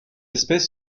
espèce